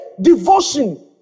Devotion